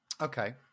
Okay